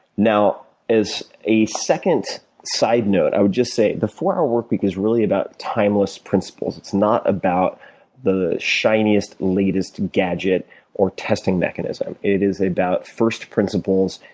now, as a second side note, i would just say, the four hour work week is really about timeless principles. it's not about the shiniest, latest gadget or testing mechanism. it is about first principles.